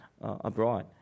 abroad